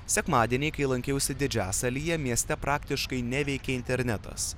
sekmadienį kai lankiausi didžiasalyje mieste praktiškai neveikė internetas